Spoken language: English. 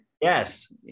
Yes